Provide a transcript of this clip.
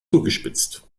zugespitzt